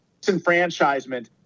disenfranchisement